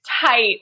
tight